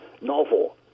novel